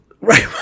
Right